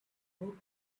book